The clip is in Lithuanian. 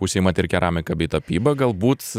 užsiimat ir keramika bei tapyba galbūt